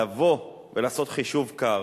לבוא ולעשות חישוב קר